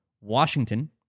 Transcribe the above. Washington